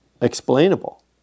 explainable